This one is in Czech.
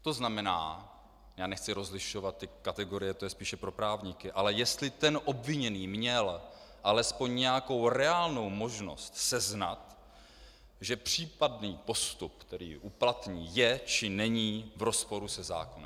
To znamená, já nechci rozlišovat ty kategorie, to je spíše pro právníky, ale jestli ten obviněný měl alespoň nějakou reálnou možnost seznat, že případný postup, který uplatní, je, či není v rozporu se zákonem.